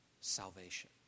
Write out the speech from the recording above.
salvation